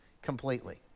Completely